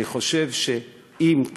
אני חושב שאם,